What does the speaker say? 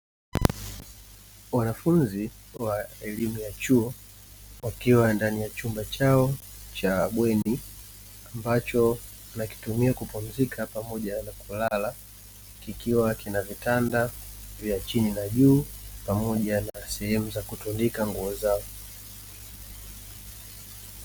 Wanafunzi wa elimu ya chuo wakiwa ndani ya chumba chao cha bweni; ambacho wanakitumia kupumzika pamoja na kulala, kikiwa kina vitanda vya chini na juu pamoja na sehemu za kutundika nguo zao.